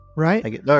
Right